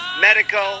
medical